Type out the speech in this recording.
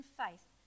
faith